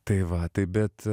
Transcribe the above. tai va taip bet